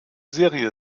serie